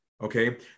okay